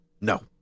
No